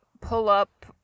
pull-up